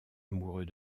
amoureux